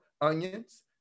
onions